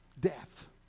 Death